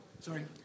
Sorry